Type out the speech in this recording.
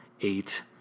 eight